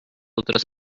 otras